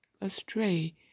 astray